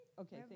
Okay